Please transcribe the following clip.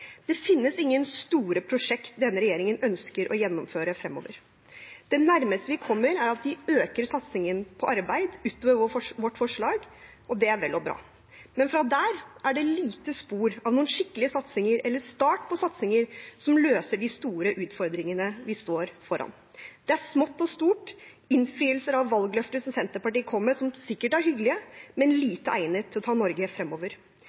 Det finnes ingen store prosjekt denne regjeringen ønsker å gjennomføre fremover. Det nærmeste vi kommer, er at de øker satsingen på arbeid utover vårt forslag, og det er vel og bra. Men fra der av er det lite spor av noen skikkelige satsinger eller start på satsinger som løser de store utfordringene vi står foran. Det er smått og stort, det er innfrielser av valgløfter som Senterpartiet kom med, som sikkert er hyggelige, men lite egnet til å ta Norge fremover.